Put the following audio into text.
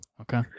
Okay